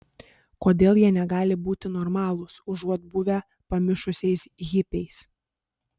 kodėl jie negali būti normalūs užuot buvę pamišusiais hipiais